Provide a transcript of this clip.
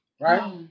Right